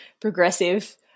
progressive